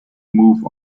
move